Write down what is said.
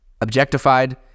objectified